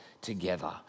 Together